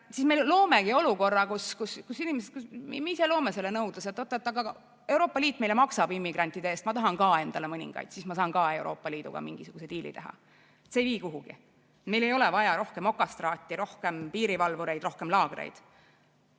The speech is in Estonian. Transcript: siis me loomegi olukorra, loome ise selle nõudluse. Aga Euroopa Liit maksab meile immigrantide eest, ma tahan ka endale mõningaid, siis ma saan ka Euroopa Liiduga mingisuguse diili teha! See ei vii kuhugi. Meil ei ole vaja rohkem okastraati, rohkem piirivalvureid, rohkem laagreid.